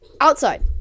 outside